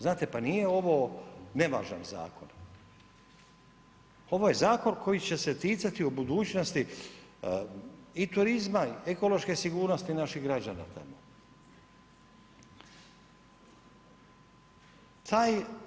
Znate pa nije ovo nevažan zakon, ovo je zakon koji će se ticati u budućnosti i turizma i ekološke sigurnosti naših građana tamo.